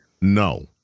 no